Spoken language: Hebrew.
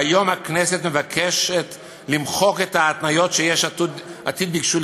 והיום הכנסת מבקשת למחוק את ההתניות שיש עתיד ביקשו,